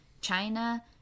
China